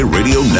Radio